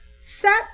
set